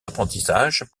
apprentissage